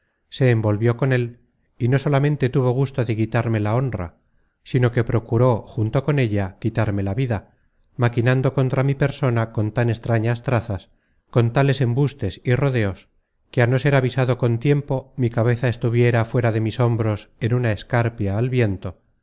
se envolvió con él y no solamente tuvo gusto de quitarme la honra sino que procuró junto con ella quitarme la vida maquinando contra mi persona con tan extrañas trazas con tales embustes y rodeos que á no ser avisado con tiempo mi cabeza estuviera fuera de mis hombros en una escarpia al viento